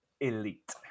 elite